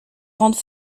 rendre